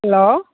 hello